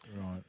Right